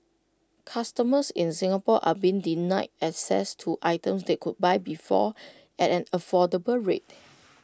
customers in Singapore are being denied access to items they could buy before at an affordable rate